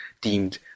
deemed